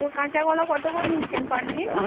তো কাঁচা কলা কত করে নিচ্ছেন পার পিস